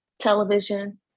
television